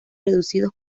reducidos